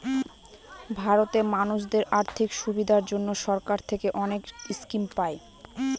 ভারতে মানুষদের আর্থিক সুবিধার জন্য সরকার থেকে অনেক স্কিম পায়